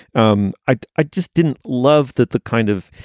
um i i just didn't love that. the kind of